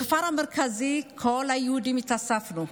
בכפר המרכזי כל היהודים התאספנו,